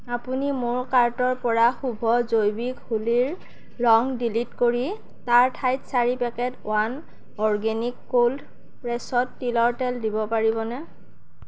আপুনি মোৰ কাৰ্টৰ পৰা শুভ জৈৱিক হোলীৰ ৰং ডিলিট কৰি তাৰ ঠাইত চাৰি packet one organic cold pressed তিলৰ তেল দিব পাৰিবনে